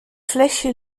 flesje